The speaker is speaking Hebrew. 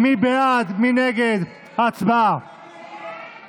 הצבעה על הצעת אי-אמון של סיעת הליכוד.